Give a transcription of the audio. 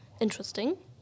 Interesting